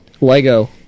Lego